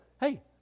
Hey